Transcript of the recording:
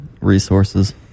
resources